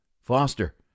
Foster